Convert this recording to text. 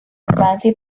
infancia